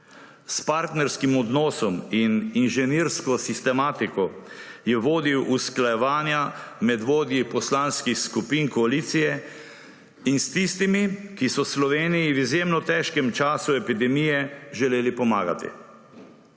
S partnerskim odnosom in inženirsko sistematiko je vodil usklajevanja med vodji poslanskih skupin koalicije in s tistimi, ki so Sloveniji v izjemno težkem času epidemije želeli pomagati.